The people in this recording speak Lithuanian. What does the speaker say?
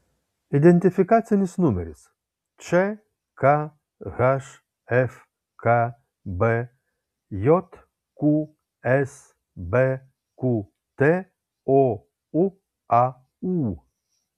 identifikacinis numeris čkhf kbjq sbqt ouaū